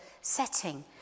setting